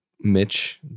Mitch